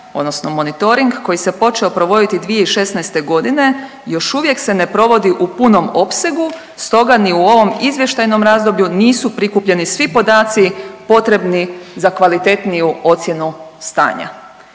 odnosno monitoring koji se počeo provoditi 2016.g. još uvijek se ne provodi u punom opsegu, stoga ni u ovom izvještajnom razdoblju nisu prikupljeni svi podaci potrebni za kvalitetniju ocjenu stanja.